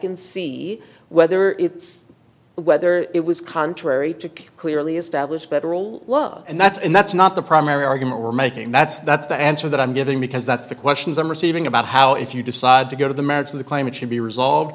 and see whether it's whether it was contrary to clearly established federal law and that's and that's not the primary argument we're making that's that's the answer that i'm giving because that's the questions i'm receiving about how if you decide to go to the merits of the claim it should be resolved